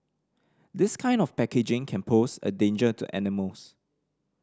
this kind of packaging can pose a danger to animals